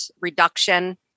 reduction